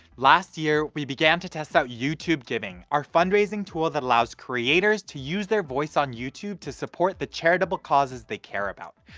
last year, we began to test youtube giving, our fundraising tool that allows creators to use their voice on youtube to support the charitable causes they care about.